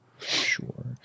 Sure